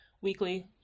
weekly